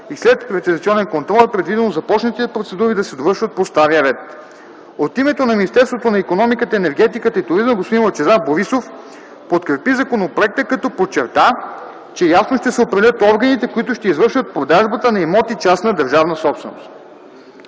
и следприватизационен контрол е предвидено започнатите процедури да се довършват по стария ред. От името на Министерството на икономиката, енергетиката и туризма господин Лъчезар Борисов подкрепи законопроекта, като подчерта, че ясно ще се определят органите, които ще извършват продажбата на имоти частна държавна собственост.